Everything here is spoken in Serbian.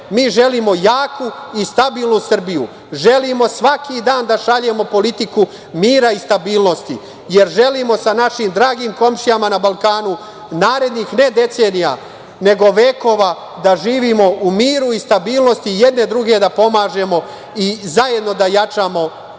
Mi želimo jaku i stabilnu Srbiju. Želimo svaki dan da šaljemo politiku mira i stabilnosti, jer želimo sa našim dragim komšijama na Balkanu narednih ne decenija, nego vekova da živimo u miru i stabilnosti i jedini druge da pomažemo i zajedno da jačamo svoje